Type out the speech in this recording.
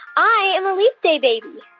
i am a leap day baby.